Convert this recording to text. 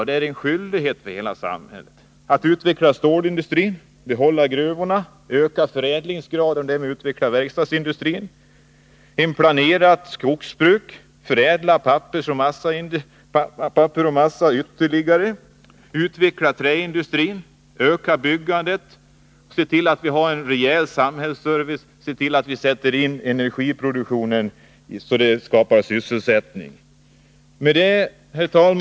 Det är en skyldighet för hela samhället att utveckla stålindustrin, behålla gruvorna, öka förädlingsgraden och därmed utveckla verkstadsindustrin, införa ett planerat skogsbruk, förädla papper och massa ytterligare, utveckla träindustrin, öka byggandet, se till att vi har en rejäl samhällsservice och se till att vi sätter in energiproduktionen så att den skapar sysselsättning. Herr talman!